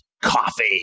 coffee